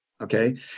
okay